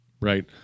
right